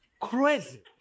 crazy